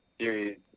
series